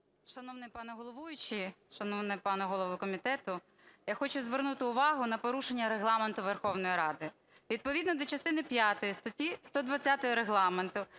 Шановний пане головуючий, шановний пане голово комітету, я хочу звернути увагу на порушення Регламенту Верховної Ради. Відповідно до частини п'ятої статті 120 Регламенту,